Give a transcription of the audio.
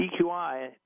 EQI